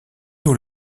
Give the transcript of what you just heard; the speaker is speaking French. nous